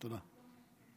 תודה.